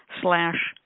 slash